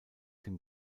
dem